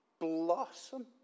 blossom